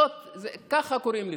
כך קוראים לזה,